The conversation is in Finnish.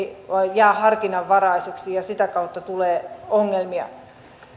jää harkinnanvaraiseksi ja sitä kautta tulee ongelmia